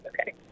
Okay